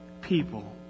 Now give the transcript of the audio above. people